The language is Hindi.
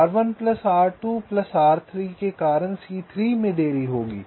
R1 plus R2 plus R3 के कारण C3 में देरी होगी